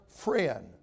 friend